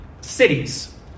cities